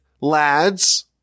lads